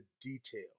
detail